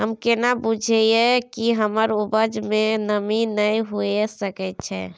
हम केना बुझीये कि हमर उपज में नमी नय हुए सके छै?